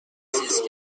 است